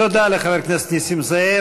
תודה לחבר הכנסת נסים זאב.